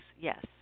yes